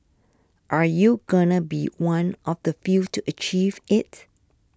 are you gonna be one of the few to achieve it